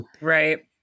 Right